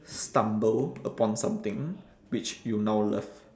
stumble upon something which you now love